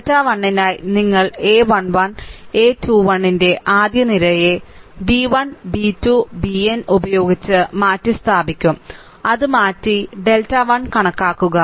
delta 1 നായി നിങ്ങൾ a 1 1 a 21 ന്റെ ആദ്യ നിരയെ b 1 b 2 bn ഉപയോഗിച്ച് മാറ്റിസ്ഥാപിക്കും അത് മാറ്റി ഡെൽറ്റ 1 കണക്കാക്കുക